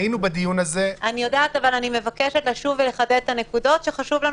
אני מבקשת להשלים